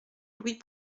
louis